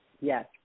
Yes